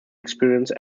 experiences